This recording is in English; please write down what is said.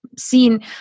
seen